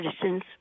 citizens